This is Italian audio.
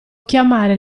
chiamare